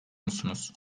musunuz